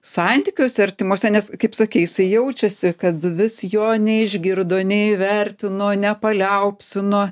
santykiuose artimuose nes kaip sakei jisai jaučiasi kad vis jo neišgirdo neįvertino nepaliaupsino